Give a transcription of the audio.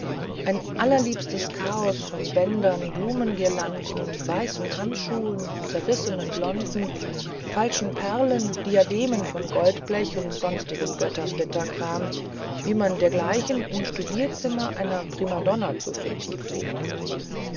ein allerliebstes chaos von bändern blumengirlanden weißen handschuhen zerrissenen blonden falschen perlen diademen von goldblech und sonstigem götterflitterkram wie man dergleichen im studierzimmer einer primadonna zu finden pflegt